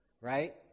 right